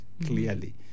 clearly